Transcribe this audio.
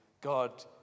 God